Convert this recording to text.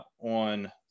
on